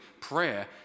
prayer